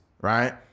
right